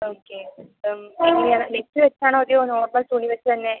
okay stitch വെച്ചാണോ അതോ normal തുണി വെച്ച് തന്നെ